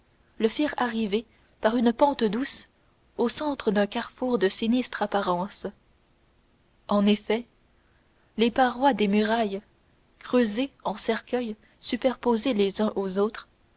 le firent arriver par une pente douce au centre d'un carrefour de sinistre apparence en effet les parois des murailles creusées en cercueils superposés les uns aux autres